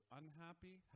unhappy